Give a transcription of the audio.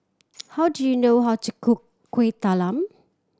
how do you know how to cook Kuih Talam